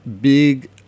big